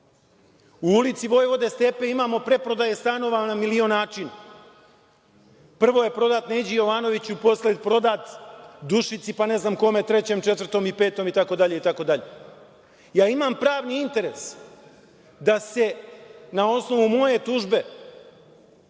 U Ulici Vojvode Stepe imamo preprodaje stanova na milion načina. Prvo je prodat Neđi Jovanoviću, posle je prodat Dušici, pa ne znam kome trećem, četvrtom i petom itd. Ja imam pravni interes da se na osnovu moje tužbe